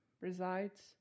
resides